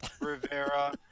Rivera